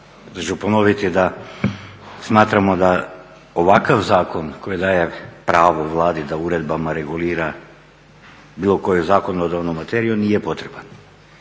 da ću ponoviti da smatramo da ovakav zakon koji daje pravo Vladi da uredbama regulira bilo koju zakonodavnu materiju nije potreban